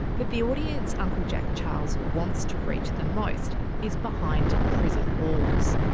but the audience uncle jack charles wants to reach the most is behind prison walls.